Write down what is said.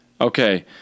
Okay